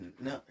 No